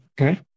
okay